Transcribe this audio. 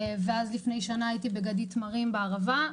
ואז לפני שנה הייתי בגדיד תמרים בערבה,